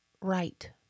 right